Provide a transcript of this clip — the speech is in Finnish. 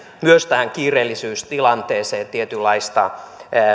myös tähän kiireellisyystilanteeseen tietynlaista